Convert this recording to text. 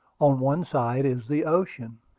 on one side is the ocean,